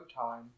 time